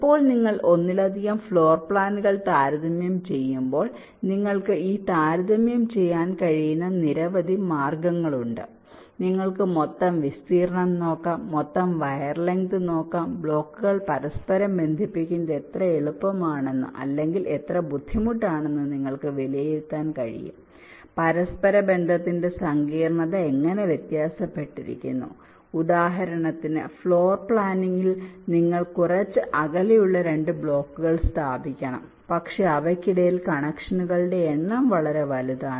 ഇപ്പോൾ നിങ്ങൾ ഒന്നിലധികം ഫ്ലോർ പ്ലാനുകൾ താരതമ്യം ചെയ്യുമ്പോൾ നിങ്ങൾക്ക് ഈ താരതമ്യം ചെയ്യാൻ കഴിയുന്ന നിരവധി മാർഗങ്ങളുണ്ട് നിങ്ങൾക്ക് മൊത്തം വിസ്തീർണ്ണം നോക്കാം മൊത്തം വയർ ലെങ്ത് നോക്കാം ബ്ലോക്കുകൾ പരസ്പരം ബന്ധിപ്പിക്കുന്നത് എത്ര എളുപ്പമാണെന്ന് അല്ലെങ്കിൽ എത്ര ബുദ്ധിമുട്ടാണെന്ന് നിങ്ങൾക്ക് വിലയിരുത്താൻ കഴിയും പരസ്പര ബന്ധത്തിന്റെ സങ്കീർണ്ണത എങ്ങനെ വ്യെത്യാസപ്പെട്ടിരിക്കുന്നു ഉദാഹരണത്തിന് ഫ്ലോർ പ്ലാനിൽ നിങ്ങൾക്ക് കുറച്ച് അകലെയുള്ള രണ്ട് ബ്ലോക്കുകൾ സ്ഥാപിക്കാം പക്ഷേ അവയ്ക്കിടയിൽ കണക്ഷനുകളുടെ എണ്ണം വളരെ വലുതാണ്